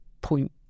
point